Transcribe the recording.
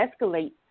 escalate